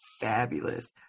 fabulous